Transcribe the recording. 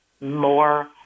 more